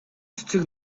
цэцэг